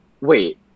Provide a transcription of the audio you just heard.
wait